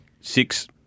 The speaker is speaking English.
Six